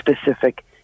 specific